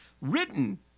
written